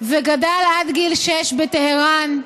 וגדל עד גיל שש בטהרן.